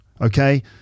Okay